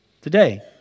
today